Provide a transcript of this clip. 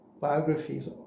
biographies